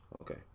Okay